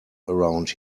around